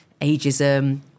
ageism